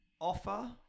offer